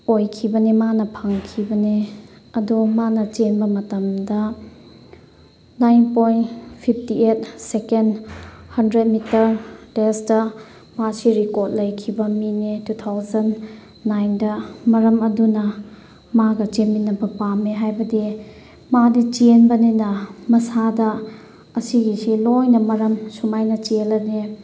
ꯑꯣꯏꯈꯤꯕꯅꯦ ꯃꯥꯅ ꯐꯪꯈꯤꯕꯅꯦ ꯑꯗꯣ ꯃꯥꯅ ꯆꯦꯟꯕ ꯃꯇꯝꯗ nine point fifty eight second hundred metre ꯔꯦꯁꯇ ꯃꯥꯁꯦ ꯔꯦꯀꯣꯔꯠ ꯂꯩꯈꯤꯕ ꯃꯤꯅꯦ ꯇꯨ ꯊꯥꯎꯖꯟ ꯅꯥꯏꯟꯗ ꯃꯔꯝ ꯑꯗꯨꯅ ꯃꯥꯒ ꯆꯦꯟꯃꯤꯟꯅꯕ ꯄꯥꯝꯃꯦ ꯍꯥꯏꯕꯗꯤ ꯃꯥꯗꯤ ꯆꯦꯟꯕꯅꯤꯅ ꯃꯁꯥꯗ ꯑꯁꯤꯒꯤꯁꯦ ꯂꯣꯏꯅ ꯃꯔꯝ ꯁꯨꯃꯥꯏꯅ ꯆꯦꯜꯂꯗꯤ